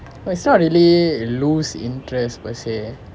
it's not really lose interest per se